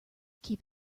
keep